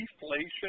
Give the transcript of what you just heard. deflation